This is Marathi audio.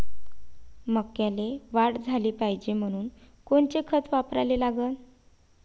मक्याले वाढ झाली पाहिजे म्हनून कोनचे खतं वापराले लागन?